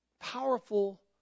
powerful